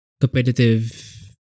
competitive